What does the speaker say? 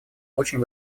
очень